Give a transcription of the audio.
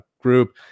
group